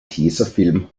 tesafilm